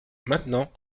maintenant